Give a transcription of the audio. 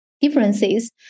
differences